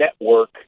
network